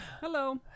Hello